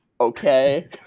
okay